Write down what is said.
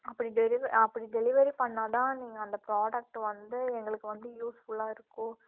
அப்படி டெலிவ அப்படி டெலிவரி பண்ணிணா தான் நீங்கள் அந்த ப்ரோடக்ட்டு வந்து எங்களுக்கு வந்து யூஸ்ஃபுல்லாக இருக்கும்